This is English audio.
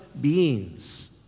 beings